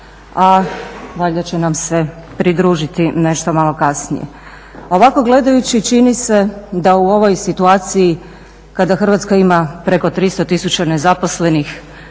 a valjda će nam se pridružiti nešto malo kasnije. Ovako gledajući čini se da u ovoj situaciji kada Hrvatska ima preko 300 tisuća nezaposlenih,